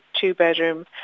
two-bedroom